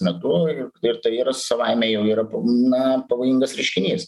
metu ir tai yra savaime jau yra na pavojingas reiškinys